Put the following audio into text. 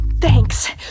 Thanks